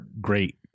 great